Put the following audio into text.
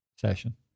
session